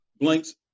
blanks